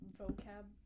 vocab